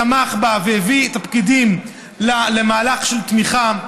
והוא תמך בו והביא את הפקידים למהלך של תמיכה.